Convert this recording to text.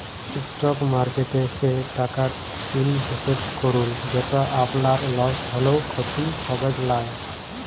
stock মার্কেটে সে টাকাট ইলভেসেট করুল যেট আপলার লস হ্যলেও খ্যতি হবেক লায়